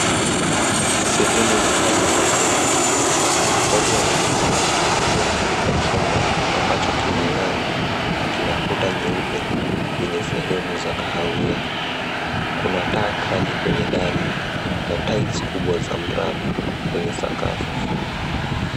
Sehemu ya ndani ya nyumba. Watu wanaonekana wakitembea katika chumba ambacho kinang'aa na kina kuta nyeupe yenye sehemu za kahawia. Kuna taa kali kwenye dari na cs[tiles]cs kubwa za mraba kwenye sakafu.